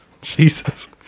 Jesus